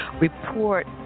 report